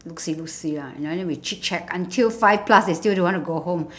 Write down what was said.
look see look see lah ya then we chit chat until five plus they still don't want to go home